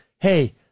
hey